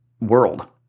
world